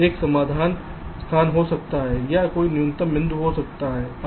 एक समाधान स्थान हो सकता है या कई न्यूनतम बिंदु हो सकते हैं